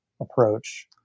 approach